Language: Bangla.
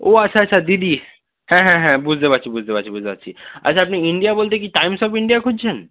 ও আচ্ছা আচ্ছা দিদি হ্যাঁ হ্যাঁ হ্যাঁ বুঝতে পারছি বুঝতে পারছি বুঝতে পারছি আচ্ছা আপনি ইন্ডিয়া বলতে কি টাইমস অফ ইন্ডিয়া খুঁজছেন